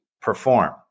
perform